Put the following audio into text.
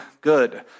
Good